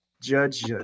Judge